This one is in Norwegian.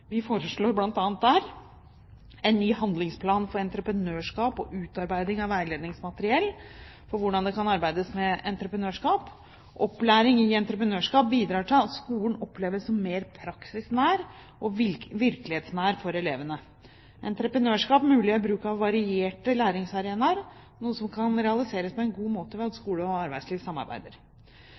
Vi foreslår bl.a. der en ny handlingsplan for entreprenørskap og utarbeiding av veiledningsmateriell for hvordan det kan arbeides med entreprenørskap. Opplæring i entreprenørskap bidrar til at skolen oppleves som mer praksisnær og virkelighetsnær for elevene. Entreprenørskap muliggjør bruk av varierte læringsarenaer, noe som kan realiseres på en god måte ved at skole og arbeidsliv samarbeider.